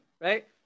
right